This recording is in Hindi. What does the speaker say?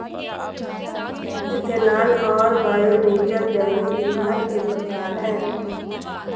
इथेनॉल और बायोडीज़ल जैविक ईंधन के प्रकार है